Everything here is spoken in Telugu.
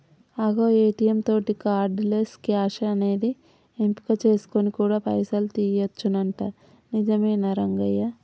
అగో ఏ.టీ.యం తోటి కార్డు లెస్ క్యాష్ అనేది ఎంపిక చేసుకొని కూడా పైసలు తీయొచ్చునంట నిజమేనా రంగయ్య